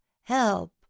Help